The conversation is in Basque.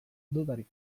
dudarik